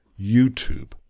YouTube